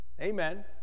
Amen